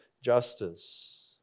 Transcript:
justice